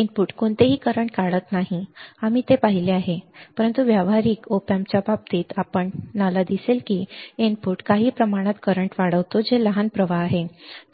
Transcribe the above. input कोणतेही current काढत नाही आम्ही ते पाहिले आहे परंतु व्यावहारिक op amps च्या बाबतीत आपण दिसेल की इनपुट काही प्रमाणात करंट काढतो जे लहान प्रवाह आहे